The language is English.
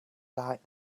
like